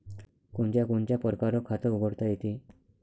कोनच्या कोनच्या परकारं खात उघडता येते?